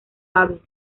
ave